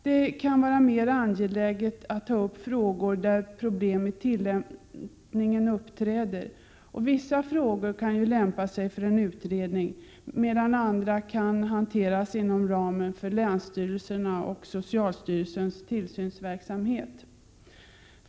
Det kan vara mer angeläget att ta upp frågor där problem i tillämpningen uppträder. Vissa frågor kan lämpa sig för en utredning, medan andra kan hanteras inom ramen för länsstyrelsernas och socialstyrelsens tillsynsverksamhet.